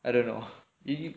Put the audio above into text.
I don't know is it